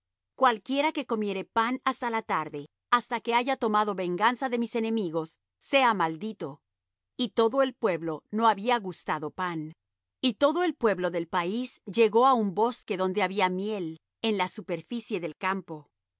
cualquiera que comiere pan hasta la tarde hasta que haya tomado venganza de mis enemigos sea maldito y todo el pueblo no había gustado pan y todo el pueblo del país llegó á un bosque donde había miel en la superficie del campo